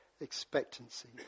expectancy